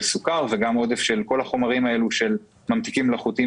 סוכר ועודף של כל החומרים שבממתיקים המלאכותיים,